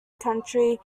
county